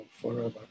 forever